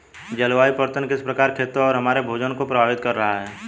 जलवायु परिवर्तन किस प्रकार खेतों और हमारे भोजन को प्रभावित कर रहा है?